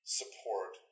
support